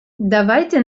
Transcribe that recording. давайте